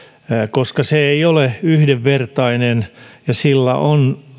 koska se ei ole yhdenvertainen ja sillä on